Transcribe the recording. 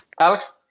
Alex